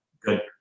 good